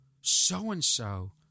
so-and-so